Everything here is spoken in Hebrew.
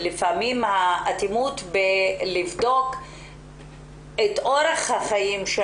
את האטימות לבדוק את אורח החיים של